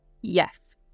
Yes